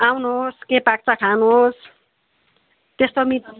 आउनुहोस् के पाक्छ खानुहोस् त्यस्तो मिठ